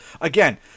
Again